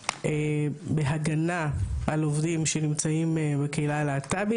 בהגנה על עובדים שנמצאים בקהילה הלהט"בית.